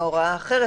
הוראה אחרת,